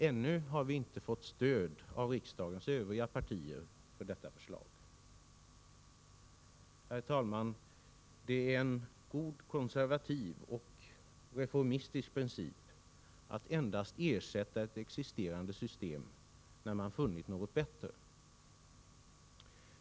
Ännu har vi inte fått stöd av riksdagens övriga partier för detta förslag. Herr talman! Det är en god konservativ och reformistisk princip att endast ersätta ett existerande system, när man funnit något bättre.